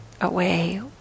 away